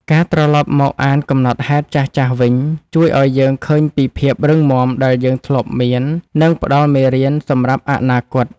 ការត្រឡប់មកអានកំណត់ហេតុចាស់ៗវិញ ជួយឱ្យយើងឃើញពីភាពរឹងមាំដែលយើងធ្លាប់មាន និងផ្ដល់មេរៀនសម្រាប់អនាគត។